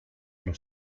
los